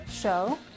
show